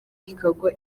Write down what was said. ikagwa